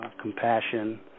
compassion